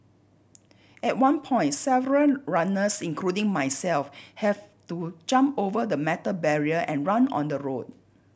at one point several runners including myself have to jump over the metal barrier and run on the road